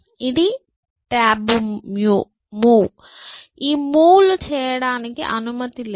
ఇది taboo move ఆ మూవ్ లు చేయడానికి అనుమతి లేదు